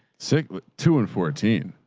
so two and fourteen.